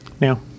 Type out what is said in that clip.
Now